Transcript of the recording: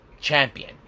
champion